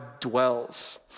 dwells